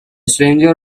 stranger